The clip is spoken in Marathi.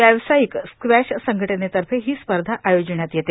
व्यावसायिक स्क्वॅश संघटनेतर्फे ही स्पर्धा आयोजिण्यात येते